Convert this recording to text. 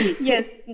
yes